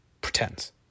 pretends